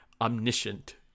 omniscient